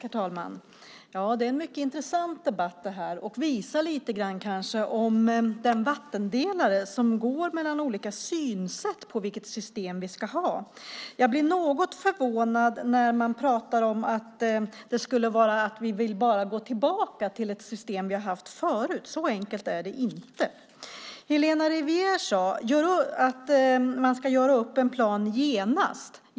Herr talman! Det är en mycket intressant debatt som kanske lite grann visar den vattendelare som går mellan olika sätt att se på vilket system vi ska ha. Jag blir något förvånad när man pratar om att vi bara vill gå tillbaka till ett system som vi har haft förut. Så enkelt är det inte. Helena Rivière sade att man ska göra upp en plan genast.